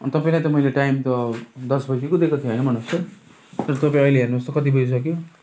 अनि तपाईँलाई त मैले टाइम त दस बजीको दिएको थिएँ होइन भन्नुहोस् त तर तपाईँ अहिले हेर्नुहोस् त कति बजिसक्यो